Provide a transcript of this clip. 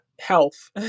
health